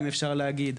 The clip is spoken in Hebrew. אם אפשר להגיד.